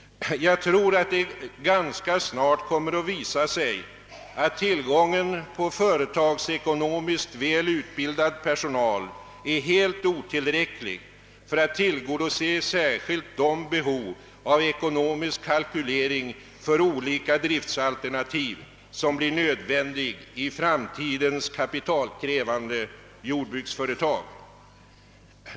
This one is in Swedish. Jag tror att det ganska snart kommer att visa sig, att tillgången på företagsekonomiskt väl utbildad personal är helt otillräcklig för att tillgodose särskilt de behov av ekonomisk kalkylering för olika driftsalternativ som blir nödvändigt i framtidens kapitalkrävande jordbruksföretag.